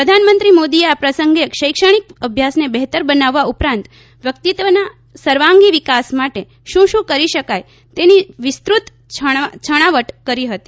પ્રધાનમંત્રી મોદીએ આ પ્રસંગે શૈક્ષણિક અભ્યાસને બહેતર બનાવવા ઉપરાંત વ્યક્તિત્વના સર્વાંગી વિકાસ માટે શું શું કરી શકાય તેની વિસ્તૃત છણાવટ કરી હતી